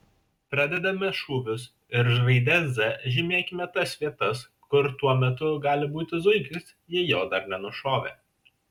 pradedame šūvius ir raide z žymėkime tas vietas kur tuo metu gali būti zuikis jei jo dar nenušovė